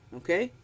okay